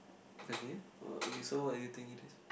the name orh okay so what do you think it is